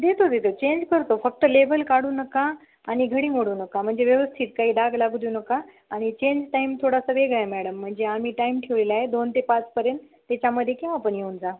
देतो देतो चेंज करतो फक्त लेबल काढू नका आणि घडी मोडू नका म्हणजे व्यवस्थित काही डाग लागू देऊ नका आणि चेंज टाईम थोडासा वेगळा आहे मॅडम म्हणजे आम्ही टाईम ठेवला आहे दोन ते पाचपर्यंत त्याच्यामध्ये केव्हा पण येऊन जा